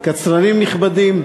קצרנים נכבדים,